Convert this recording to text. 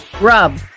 rub